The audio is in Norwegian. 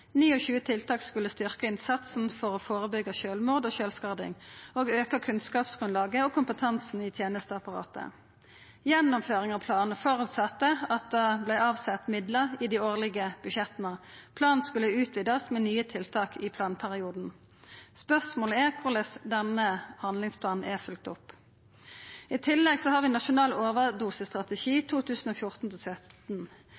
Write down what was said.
tiltak skulle styrkja innsatsen for å førebyggja sjølvmord og sjølvskading og auka kunnskapsgrunnlaget og kompetansen i tenesteapparatet. Gjennomføring av planen hadde til føresetnad at det vart sett av midlar i dei årlege budsjetta. Planen skulle verta utvida med nye tiltak i planperioden. Spørsmålet er korleis denne handlingsplanen er vorte følgt opp. I tillegg har vi Nasjonal